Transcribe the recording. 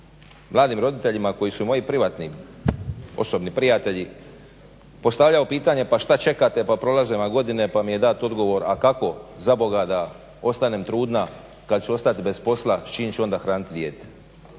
mladim roditeljima koji su moji privatni osobni prijatelji postavljao pitanje, pa šta čekate, pa prolaze vam godine. Pa mi je dat odgovor, a kako za boga da ostanem trudna kad ću ostati bez posla, s čim ću onda hraniti dijete.